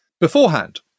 beforehand